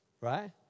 right